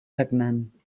sagnant